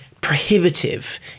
prohibitive